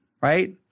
right